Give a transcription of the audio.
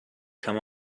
come